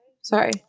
sorry